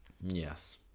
Yes